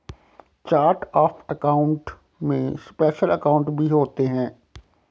chart of account में special account भी होते हैं